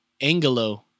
Angelo